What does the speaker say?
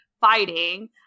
fighting